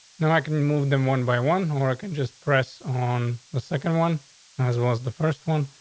now i can move them one by one, or i can just press on the second one as well as the first one.